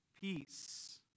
peace